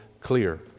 clear